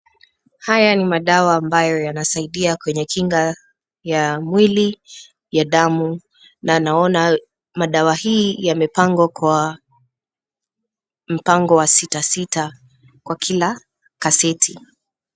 Haya ni madawa ambayo yanasaidia kwenye kinga ya mwili ya damu na naona madawa hii yamepangwa kwa mpango wa sita sita wakila kaseti.